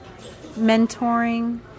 mentoring